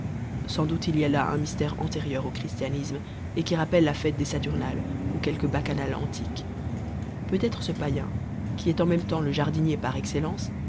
sans doute il y a là un mystère antérieur au christianisme et qui rappelle la fête des saturnales ou quelque bacchanale antique peut-être ce païen qui est en même temps le jardinier par excellence